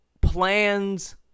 Plans